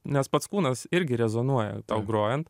nes pats kūnas irgi rezonuoja tau grojant